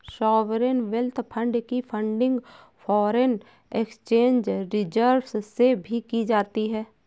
sovereign wealth fund की funding foreign exchange reserves से भी की जाती है